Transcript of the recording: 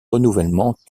renouvellement